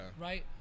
right